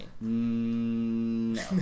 No